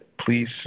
Please